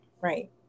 right